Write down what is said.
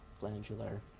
glandular